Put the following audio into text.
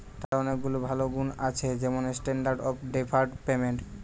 টাকার অনেক ভালো গুন্ আছে যেমন স্ট্যান্ডার্ড অফ ডেফার্ড পেমেন্ট